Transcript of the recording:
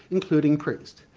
including priest.